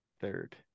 third